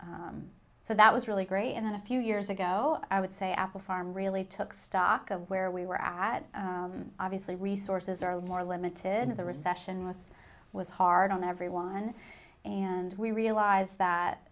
and so that was really great and then a few years ago i would say apple farm really took stock of where we were at obviously resources are limited in the recession was was hard on everyone and we realize that